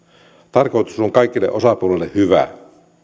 tarkoitus on kaikille osapuolille hyvä